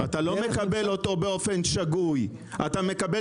אתה לא מקבל אותו באופן שגוי; אתה מקבל